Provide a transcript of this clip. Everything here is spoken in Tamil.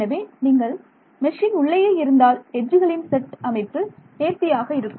எனவே நீங்கள் மெஷ்ஷின் உள்ளேயே இருந்தால் எட்ஜுகளின் செட் அமைப்பு நேர்த்தியாக இருக்கும்